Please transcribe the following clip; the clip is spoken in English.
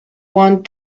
want